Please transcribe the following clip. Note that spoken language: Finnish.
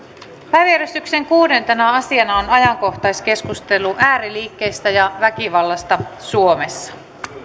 päiväjärjestyksen kuudentena asiana on ajankohtaiskeskustelu ääriliikkeistä ja väkivallasta suomessa